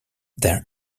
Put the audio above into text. their